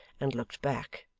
and looked back.